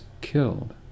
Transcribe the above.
killed